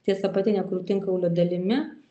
ties apatine krūtinkaulio dalimi